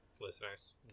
listeners